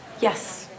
Yes